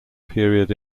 period